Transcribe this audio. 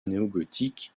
néogothique